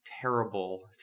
terrible